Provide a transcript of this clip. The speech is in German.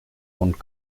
und